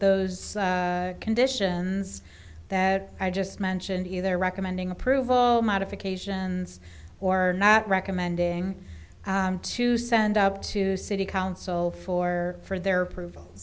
those conditions that i just mentioned either recommending approval modifications or not recommending to send up to city council for for their approval